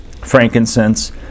frankincense